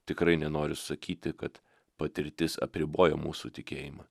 tikrai nenoriu sakyti kad patirtis apriboja mūsų tikėjimą